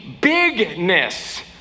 bigness